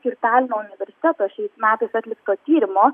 ir talino universiteto šiais metais atlikto tyrimo